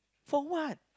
for what